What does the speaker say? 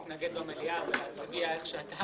להתנגד במליאה ולהצביע איך שאתה בוחר.